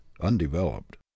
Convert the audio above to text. undeveloped